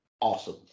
awesome